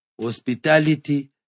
hospitality